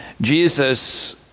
Jesus